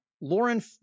Lauren